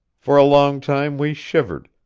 for a long time we shivered,